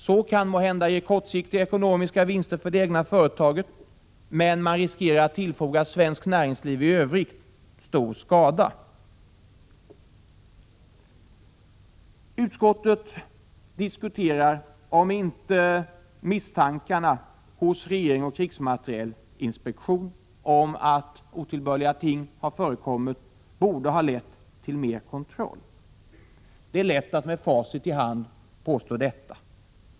Sådant kan måhända ge kortsiktiga ekonomiska vinster för det egna företaget, men man riskerar att tillfoga svenskt näringsliv i övrigt stor skada. Utskottet har diskuterat om inte misstankarna hos regeringen och krigsmaterielinspektionen om att otillbörliga ting förekommit borde ha lett till mer kontroll. Det är lätt att med facit i hand påstå detta.